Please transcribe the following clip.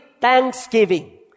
thanksgiving